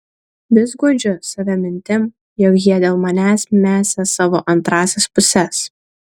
vis guodžiu save mintim jog jie dėl manęs mesią savo antrąsias puses